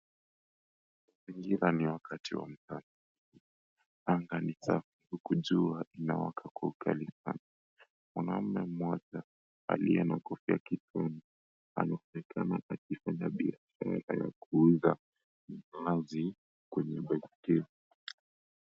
Mazingira ni ya wakati wa mchana. Anga ni safi huku jua inawaka kwa ukali sana. Mwanamme mmoja aliye na kofia kichwani, anaonekana akifanya biashara yake ya kuuza mbaazi kwenye baiskeli.